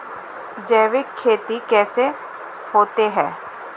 जैविक खेती कैसे करते हैं?